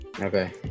Okay